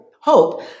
hope